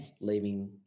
Leaving